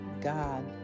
God